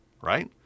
right